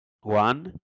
one